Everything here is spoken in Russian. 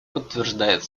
подтверждает